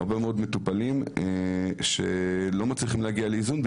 הרבה מאוד מטופלים לא מצליחים להגיע לאיזון,